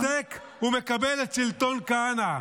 שותק, ומקבל את שלטון כהנא.